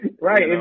Right